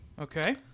okay